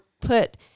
put